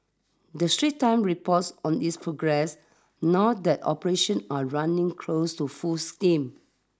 the Straits Times report on its progress now that operations are running close to full steam